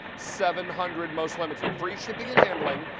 seven hundred most limited. free shipping and handling.